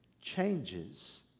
changes